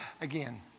again